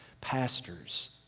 pastors